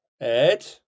Ed